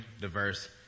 diverse